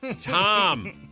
Tom